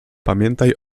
pamiętaj